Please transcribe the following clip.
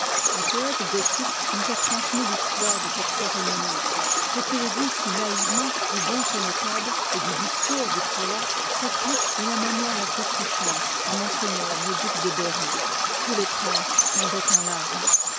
un po'ête gothique nous a transmis l'histoire de cette cérémonie ce qu'il dit si naïvement du bon connétable et du discours du prélat s'applique de la manière la plus touclialite à ms le dût iï far de bcir liy ii tous les princes fondoienl en larmes